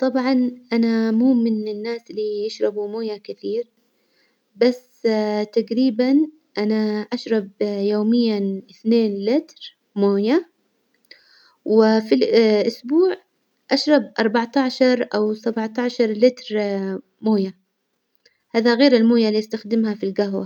طبعا أنا مو من الناس اللي يشربوا موية كثير، بس تجريبا أنا أشرب يوميا اثنين لتر موية، وفي الأسبوع أشرب أربعطعشر أو سبعطعشر لتر موية، هذا غير الموية اللي أستخدمها في الجهوة.